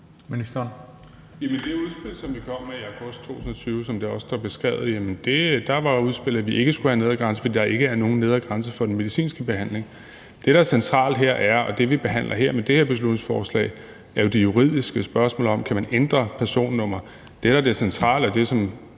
det udspil, som vi kom med i august 2020, som det også står beskrevet, var udspillet, at vi ikke skulle have en nedre grænse, fordi der ikke er nogen nedre grænse for den medicinske behandling. Det, der er centralt, og det, vi behandler med det her beslutningsforslag, er jo det juridiske spørgsmål om, om man kan ændre personnummer. Det, der er det centrale, og som